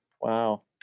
Wow